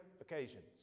occasions